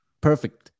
perfect